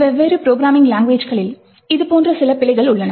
வெவ்வேறு ப்ரோக்ராம்மிங் லெங்க்வேஜ்களில் இதுபோன்ற சில பிழைகள் உள்ளன